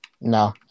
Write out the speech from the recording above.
No